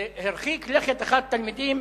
הרחיק לכת אחד התלמידים,